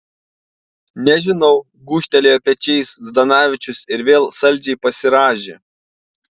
nežinau gūžtelėjo pečiais zdanavičius ir vėl saldžiai pasirąžė